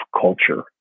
culture